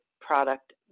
product